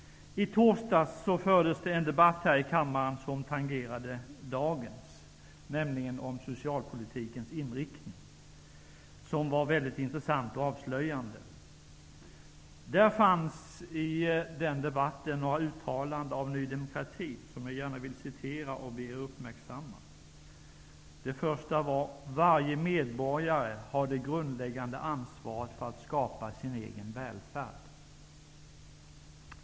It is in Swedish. I torsdags fördes det en debatt här i kammaren som tangerade dagens, nämligen om socialpolitikens inriktning. Den var mycket intressant och avslöjande. I debatten fanns några uttalanden av Ny demokrati som jag gärna vill citera och be er uppmärksamma. Det första är: ''Varje medborgare har det grundläggande ansvaret för att skapa sin egen välfärd.''